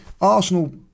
Arsenal